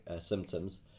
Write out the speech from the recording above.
symptoms